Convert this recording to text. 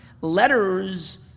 Letters